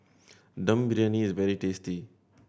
Dum Briyani is very tasty